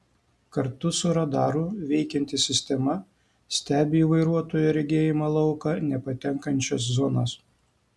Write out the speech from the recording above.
kartu su radaru veikianti sistema stebi į vairuotojo regėjimo lauką nepatenkančias zonas